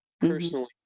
personally